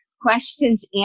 Questions